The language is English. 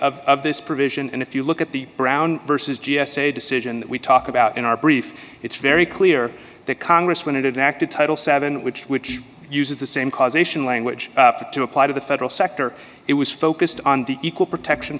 of this provision and if you look at the brown versus g s a decision that we talk about in our brief it's very clear that congress when it acted title seven which which uses the same causation language to apply to the federal sector it was focused on the equal protection